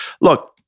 look